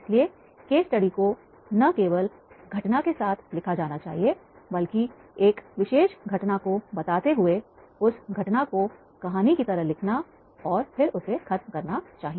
इसलिए case study को न केवल घटना के साथ लिखा गया है बल्कि एक विशेष घटना को बताते हुए उस घटना को कहानी की तरह लिखना और फिर उसे खत्म करना चाहिए